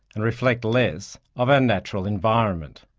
and reflect less, of our natural environment.